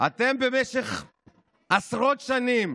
בהצבעה שלך